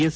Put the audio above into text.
S